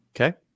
okay